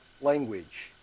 language